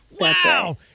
Wow